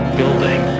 building